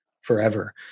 forever